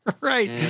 Right